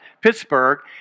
Pittsburgh